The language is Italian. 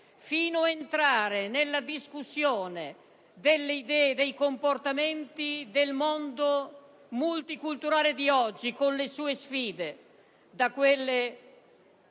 fino ad entrare nella discussione delle idee, dei comportamenti del mondo multiculturale di oggi, con le sue sfide, da quelle